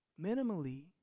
Minimally